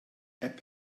app